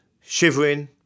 shivering